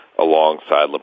alongside